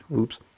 Oops